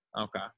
okay